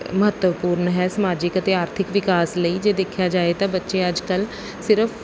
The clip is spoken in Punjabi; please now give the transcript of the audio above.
ਮਹੱਤਵਪੂਰਨ ਹੈ ਸਮਾਜਿਕ ਅਤੇ ਆਰਥਿਕ ਵਿਕਾਸ ਲਈ ਜੇ ਦੇਖਿਆ ਜਾਏ ਤਾਂ ਬੱਚੇ ਅੱਜ ਕੱਲ੍ਹ ਸਿਰਫ